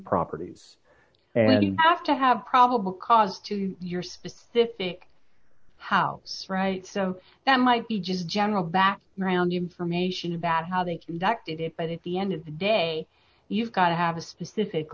properties and have to have probable cause to your specific how right so that might be just general background information about how they conducted it but it's the end of the day you've got to have a specific